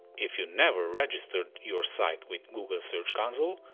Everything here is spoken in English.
if you never registered your site with google search console,